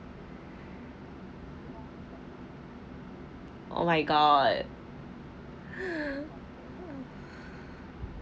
oh my god